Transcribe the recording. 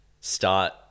start